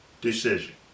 decision